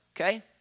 Okay